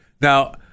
Now